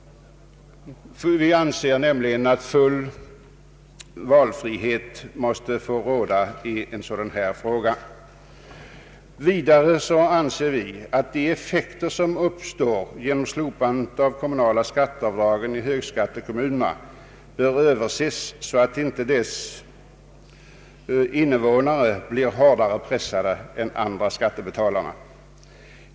Vi anser nämligen att full valfrihet måste råda i en sådan här fråga. Vidare anser vi att de effekter som uppstår genom slopandet av de kommunala skatteavdragen i högskattekommunerna bör ses över så att inte invånarna där blir hårdare pressade än andra skattebetalare.